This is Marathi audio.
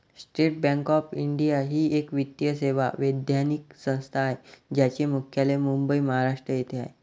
स्टेट बँक ऑफ इंडिया ही एक वित्तीय सेवा वैधानिक संस्था आहे ज्याचे मुख्यालय मुंबई, महाराष्ट्र येथे आहे